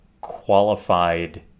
qualified